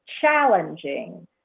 challenging